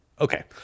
okay